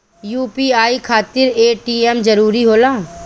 UPI खातिर ATM जरूरी होला?